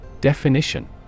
Definition